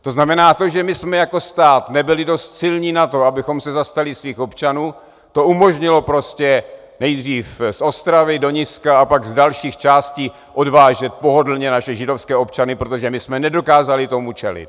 To znamená, to, že my jsme jako stát nebyli dost silní na to, abychom se zastali svých občanů, to umožnilo prostě nejdřív z Ostravy do Niska a pak z dalších částí odvážet pohodlně naše židovské občany, protože my jsme nedokázali tomu čelit.